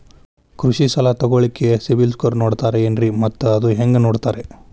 ಕೃಷಿ ಸಾಲ ತಗೋಳಿಕ್ಕೆ ಸಿಬಿಲ್ ಸ್ಕೋರ್ ನೋಡ್ತಾರೆ ಏನ್ರಿ ಮತ್ತ ಅದು ಹೆಂಗೆ ನೋಡ್ತಾರೇ?